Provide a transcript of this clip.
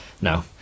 no